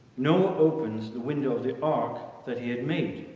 noah opened the window of the ark that he had made,